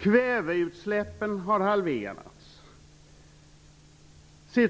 Kväveutsläppen har halverats.